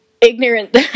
ignorant